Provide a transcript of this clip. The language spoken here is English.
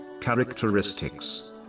characteristics